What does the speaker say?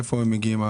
מאיפה הם מגיעים,